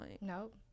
Nope